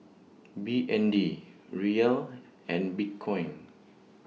B N D Riyal and Bitcoin